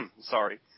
Sorry